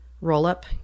roll-up